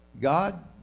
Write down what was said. God